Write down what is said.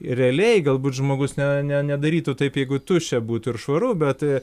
realiai galbūt žmogus ne ne nedarytų taip jeigu tuščia būtų ir švaru bet